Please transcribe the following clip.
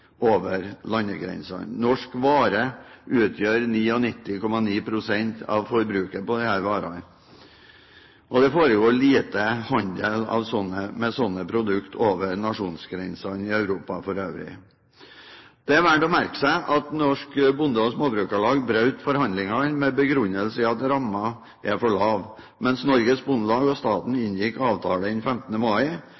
over landegrensene. Norske varer utgjør 99,9 pst. av forbruket. Det foregår lite handel med slike produkter over nasjonsgrensene i Europa for øvrig. Det er verdt å merke seg at Norsk Bonde og Småbrukarlag brøt forhandlingene med begrunnelse i at rammen var for lav, mens Norges Bondelag og staten